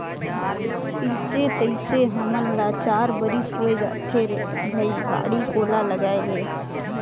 अइसे तइसे हमन ल चार बरिस होए जाथे रे भई बाड़ी कोला लगायेले